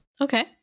okay